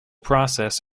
process